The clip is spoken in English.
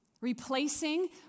Replacing